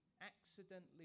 accidentally